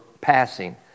passing